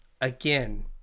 again